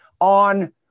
on